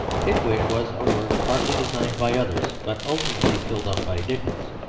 pickwick was a work partly designed by others, but ultimately filled up by dickens.